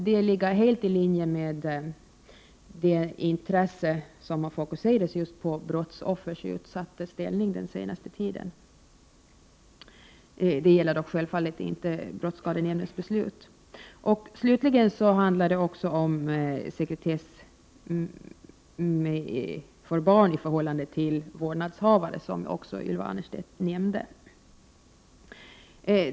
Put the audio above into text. Det ligger helt i linje med det intresse som fokuserats på brottsoffrens utsatta SEE G ställning under den senaste tiden. Det gäller dock självfallet inte brottsskade PEUier tullsynsären: en m.m. Slutligen handlar betänkandet om sekretesskyddet för barn i förhållande till vårdnadshavaren, som också Ylva Annerstedt nämnde.